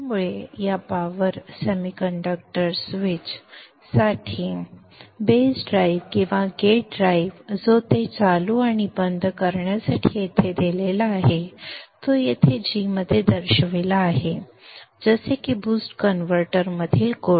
त्यामुळे या power semiconductor switch साठी बेस ड्राइव्ह किंवा गेट ड्राइव्ह जो ते चालू आणि बंद करण्यासाठी येथे दिलेला आहे तो येथे g मध्ये दर्शविला आहे जसे की BOOST कनवर्टर मधील कोड